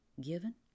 given